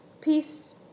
peace